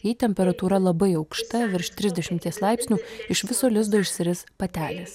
jei temperatūra labai aukšta virš trisdešimties laipsnių iš viso lizdo išsiris patelės